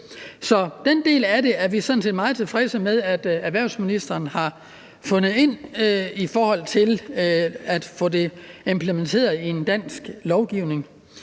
Så den del af det er vi sådan set meget tilfredse med erhvervsministeren har fundet frem til at få implementeret i en dansk lovgivning.